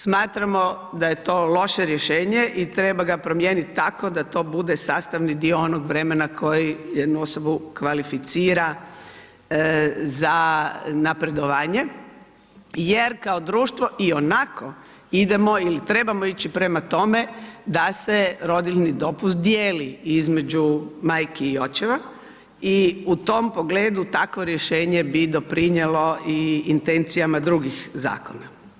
Smatramo da je to loše rješenje i treba ga promijeniti tako, da to bude sastavni dio onog vremena koji osobu kvalificira za napredovanje, jer kao društvo ionako idemo ili trebamo ići prema tome, da se rodiljni dopust dijeli između majki i očeva i u tom pogledu, takvo rješenje bi doprinijelo i intencijama drugih zakonima.